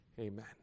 Amen